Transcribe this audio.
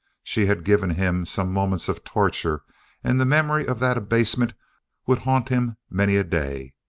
she had given him some moments of torture and the memory of that abasement would haunt him many a day.